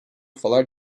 falar